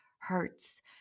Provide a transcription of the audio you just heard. hurts